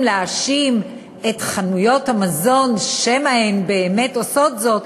להאשים את חנויות המזון שמא הן באמת עושות זאת,